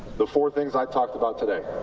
the four things i talked about today,